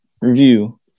review